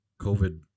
COVID